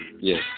Yes